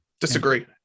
Disagree